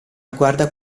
guarda